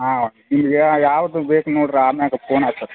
ಹಾಂ ನಿಮಗೆ ಯಾವುದು ಬೇಕು ನೋಡ್ರಿ ಆಮ್ಯಾಗ ಪೋನ್ ಹಚ್